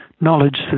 knowledge